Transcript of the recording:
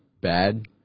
bad